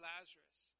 Lazarus